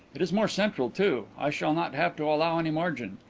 it is more central too i shall not have to allow any margin.